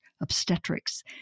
obstetrics